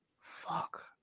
Fuck